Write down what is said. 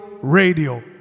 radio